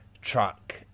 truck